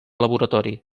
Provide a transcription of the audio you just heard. laboratori